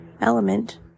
element